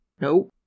nope